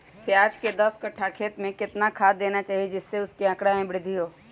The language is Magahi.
प्याज के दस कठ्ठा खेत में कितना खाद देना चाहिए जिससे उसके आंकड़ा में वृद्धि हो?